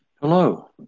Hello